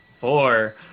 Four